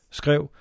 skrev